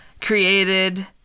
created